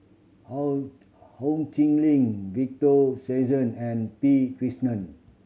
Ho Ho Chee Lick Victor Sassoon and P Krishnan